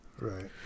right